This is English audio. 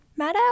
Maddow